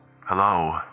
Hello